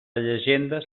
llegendes